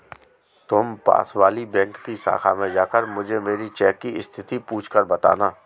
तुम पास वाली बैंक की शाखा में जाकर मुझे मेरी चेक की स्थिति पूछकर बताना